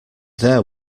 there